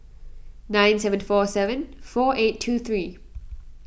nine seven four seven four eight two three